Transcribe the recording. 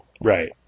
Right